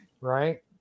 Right